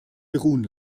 beruhen